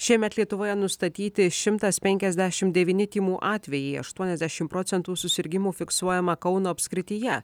šiemet lietuvoje nustatyti šimtas penkisadešim devyni tymų atvejai aštuoniasdešim procentų susirgimų fiksuojama kauno apskrityje